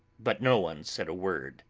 but no one said a word